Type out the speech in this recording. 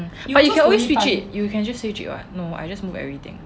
but you can always switch it you can just switch it [what] no I just move everything